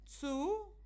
two